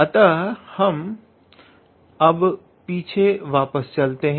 अतः अब हम पीछे वापस चलते हैं